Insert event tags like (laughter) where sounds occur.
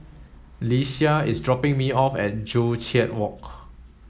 (unintelligible) is dropping me off at Joo Chiat Walk